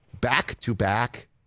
Back-to-back